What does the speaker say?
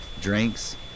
drinks